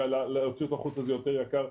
ולצאת החוצה זה יותר יקר.